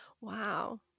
Wow